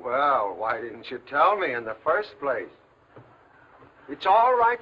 where why didn't you tell me in the first place it's all right